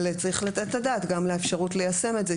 אבל צריך לתת את הדעת גם לאפשרות ליישם את זה,